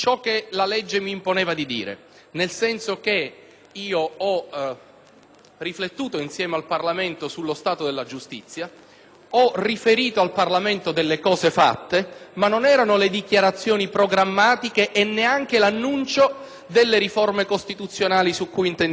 ho riflettuto insiemeal Parlamento sullo stato della giustizia, ho riferito al Parlamento di quanto fatto, ma le mie dichiarazioni non erano le dichiarazioni programmatiche e neanche l'annuncio delle riforme costituzionali su cui intendiamo muoverci, della riforma del processo penale; non erano un'anticipazione di discussione